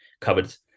covered